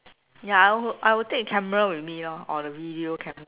ya I also I will take camera with me lor or video camera